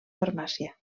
farmàcia